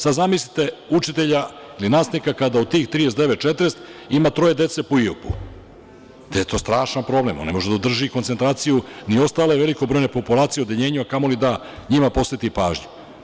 Sada zamislite učitelja ili nastavnika kada u tih 39, 40 ima troje dece po JUP-u, gde je to strašan problem, on ne može da održi koncentraciju ni ostale velikobrojne populacije u odeljenju, a kamo li da njima posveti pažnju.